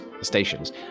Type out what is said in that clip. stations